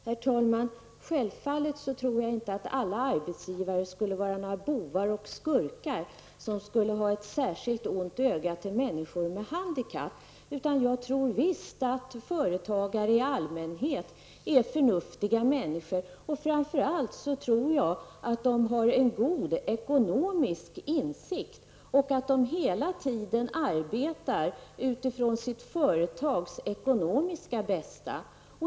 Herr talman! Självfallet tror jag inte att alla arbetsgivare är bovar och skurkar som skulle ha ett särskilt ont öga till människor med handikapp. Jag tror visst att företagare i allmänhet är förnuftiga människor. Framför allt tror jag att de har en god ekonomisk insikt och att de hela tiden arbetar utifrån sitt företags ekonomiska bästa.